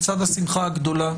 בצד השמחה הגדולה